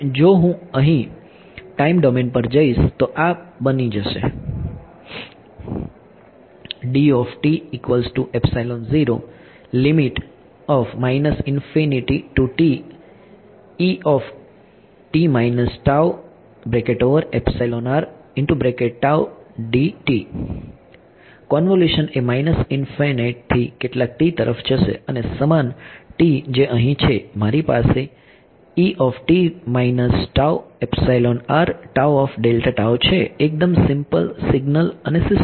જો હું અહીં ટાઈમ ડોમેન પર જઈશ તો આ બની જશે કોન્વોલ્યુશન એ થી કેટલાક તરફ જશે અને સમાન જે અહી છે મારી પાસે છે એકદમ સિમ્પલ સિગ્નલ અને સીસ્ટમ